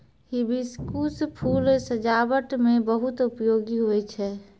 hibiscus फूल सजाबट मे बहुत उपयोगी हुवै छै